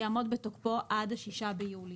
יעמוד בתוקפו עד 6 ביולי.